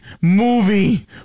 movie